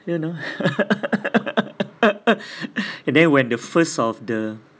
you know then when the first of the